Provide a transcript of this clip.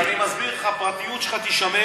אז אני מסביר לך שהפרטיות שלך תישמר.